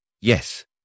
Yes